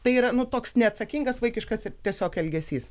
tai yra nu toks neatsakingas vaikiškas ir tiesiog elgesys